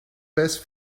best